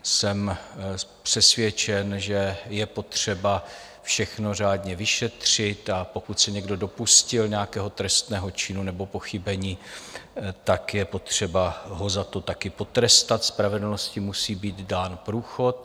Jsem přesvědčen, že je potřeba všechno řádně vyšetřit, a pokud se někdo dopustil nějakého trestného činu nebo pochybení, tak je potřeba ho za to taky potrestat, spravedlnosti musí být dán průchod.